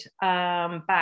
back